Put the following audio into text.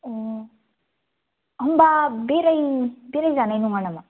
होनबा बेरायजानाय नङा नामा